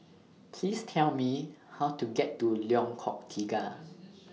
Please Tell Me How to get to Lengkok Tiga